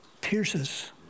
pierces